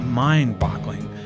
mind-boggling